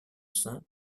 sein